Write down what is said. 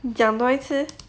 你讲多一次